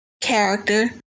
character